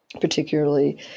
particularly